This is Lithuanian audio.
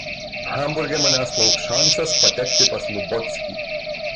hamburge manęs lauks šansas patekti pas lubockį